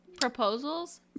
Proposals